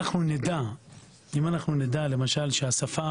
נדע למשל שהשפה